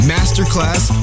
Masterclass